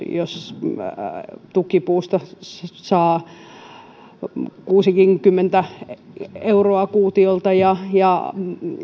jos tukkipuusta saa jopa kuusikymmentä euroa kuutiolta ja ja